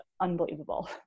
unbelievable